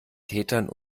tätern